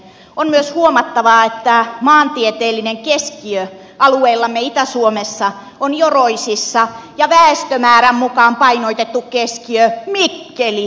on myös huomattava että maantieteellinen keskiö alueellamme itä suomessa on joroisissa ja väestömäärän mukaan painotettu keskiö mikkelissä